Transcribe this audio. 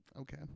Okay